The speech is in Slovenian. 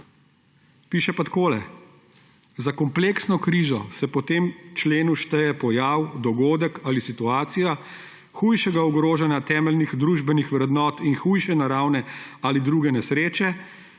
Piše pa takole, da za kompleksno krizo se po tem členu šteje pojav, dogodek ali situacija hujšega ogrožanja temeljnih družbenih vrednot in hujše naravne ali druge nesreče